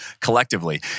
collectively